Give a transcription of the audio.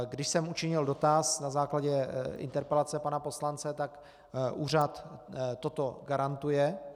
Když jsem učinil dotaz na základě interpelace pana poslance, tak úřad toto garantuje.